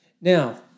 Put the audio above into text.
Now